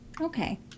Okay